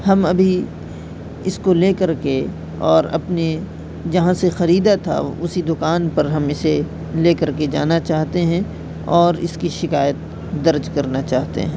ہم ابھی اس کو لے کر کے اور اپنے جہاں سے خریدا تھا اسی دکان پر ہم اسے لے کر کے جانا چاہتے ہیں اور اس کی شکایت درج کرنا چاہتے ہیں